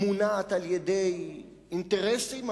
מונעת על-ידי אינטרסים,